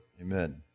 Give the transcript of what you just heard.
amen